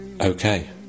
okay